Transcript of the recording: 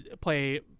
play